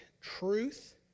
truth